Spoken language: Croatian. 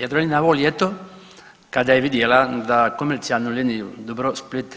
Jadrolinija ovo ljeto kada je vidjela da komercijalnu liniju Split,